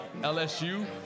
LSU